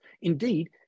Indeed